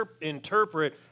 interpret